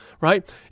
right